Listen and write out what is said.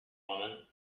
woman